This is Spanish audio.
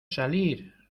salir